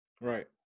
Right